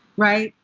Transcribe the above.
right?